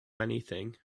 anything